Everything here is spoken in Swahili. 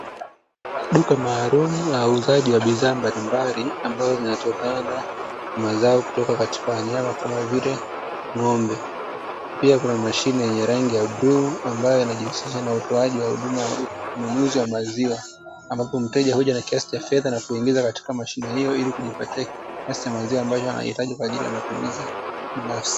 Duka maalumu la uuzaji wa bidhaa mbalimbali ambazo zinazotokana na mazao kutoka katika wanyama kama vile ng'ombe. Pia kuna mashine yenye rangi ya bluu ambayo inajihusisha na utoaji wa huduma au ununuzi wa maziwa, ambapo mteja huja na kiasi cha fedha na kuingiza katika mashine hiyo ili kujipatia kiasi cha maziwa ambacho anahitaji kwa ajili ya matumizi binafsi.